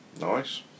Nice